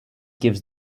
gives